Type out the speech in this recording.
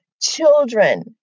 children